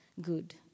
good